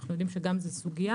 אנו יודעים שגם זו סוגיה,